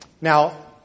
now